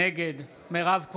נגד מירב כהן,